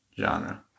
genre